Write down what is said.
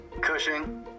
Cushing